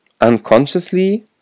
unconsciously